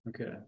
Okay